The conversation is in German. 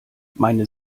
meine